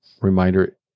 reminder